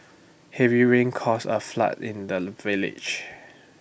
heavy rain caused A flood in the village